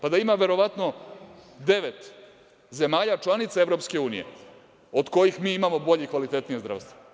Da ima verovatno devet zemalja članica EU od kojih mi imamo bolje i kvalitetnije zdravstvo.